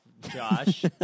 Josh